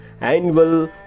annual